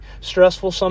stressful